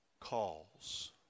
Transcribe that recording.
calls